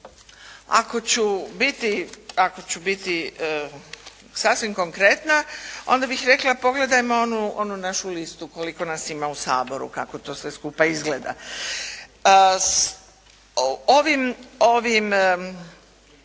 Ako ću biti sasvim konkretna, onda bih rekla, pogledajmo onu našu listu koliko nas ima u Saboru, kako to sve skupa izgleda.